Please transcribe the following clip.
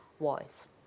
voice